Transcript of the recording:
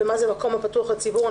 מה זה מקום הפתוח לציבור?